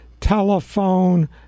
telephone